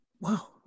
wow